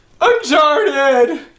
Uncharted